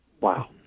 Wow